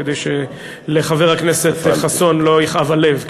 כדי שלחבר הכנסת חסון לא יכאב הלב.